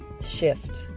shift